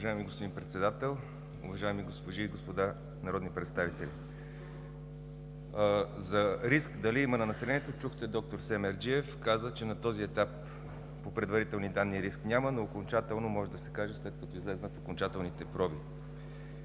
Уважаеми господин Председател, уважаеми госпожи и господа народни представители! Дали има риск за населението чухте д-р Семерджиев, който каза, че на този етап по предварителни данни риск няма, но окончателно може да се каже след като излязат окончателните проби.